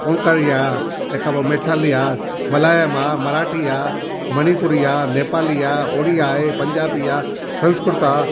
कोंकणी आहे तंहिं खां पोइ मैथली आहे मलयालम आहे मराठी आहे मणिपुरी आहे नेपाली आहे ओडिया आहे पंजाबी आहे संस्कृत आहे